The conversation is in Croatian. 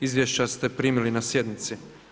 Izvješća ste primili na sjednici.